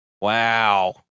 Wow